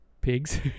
Pigs